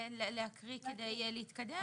אולי נתחיל להקריא כדי להתקדם?